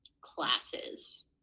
classes